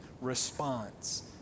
response